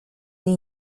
niej